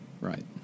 Right